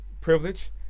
privilege